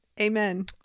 amen